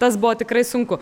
tas buvo tikrai sunku